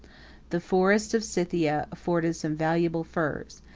the forests of scythia afforded some valuable furs.